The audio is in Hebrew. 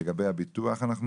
(תיקון), התשפ"ג-2023.